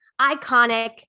Iconic